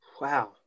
Wow